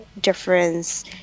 difference